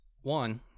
One